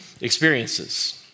experiences